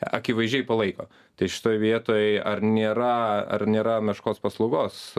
akivaizdžiai palaiko tai šitoj vietoj ar nėra ar nėra meškos paslaugos